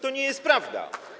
To nie jest prawda.